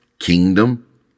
Kingdom